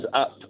up